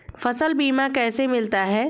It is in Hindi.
फसल बीमा कैसे मिलता है?